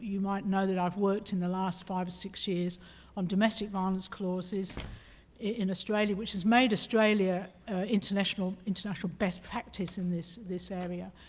you might know that i've worked in the last five or six years on domestic violence clauses in australia, which has made australia international international best practice in this this area.